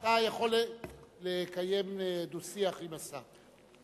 אתה יכול לקיים דו-שיח עם השר.